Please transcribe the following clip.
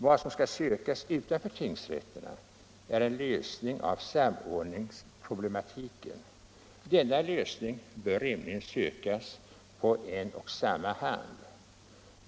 Vad som skall sökas utanför tingsrätterna är en lösning av samordningsproblematiken. Denna lösning bör rimligen sökas på en och samma hand.